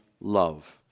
love